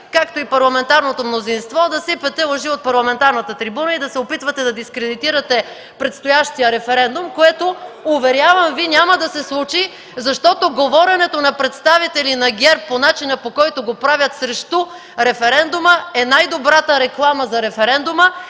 както и на парламентарното мнозинство, е да сипете лъжи от парламентарната трибуна и да се опитвате да дискредитирате предстоящия референдум. Уверявам Ви, това няма да се случи, защото говоренето на представителите на ГЕРБ по начина, по който го правят – срещу референдума, е най-добрата реклама за референдума